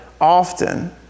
often